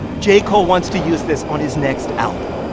j. cole wants to use this on his next album.